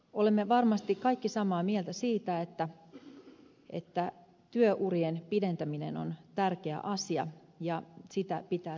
olemme varmasti kaikki samaa mieltä siitä että työurien pidentäminen on tärkeä asia ja sitä pitää tukea